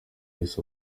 yahise